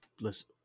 listen